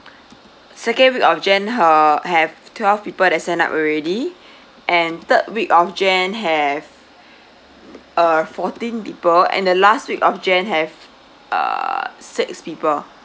second week of jan uh have twelve people they signed up already and third week of jan have uh fourteen people and the last week of jan have uh six people